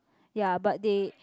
ya but they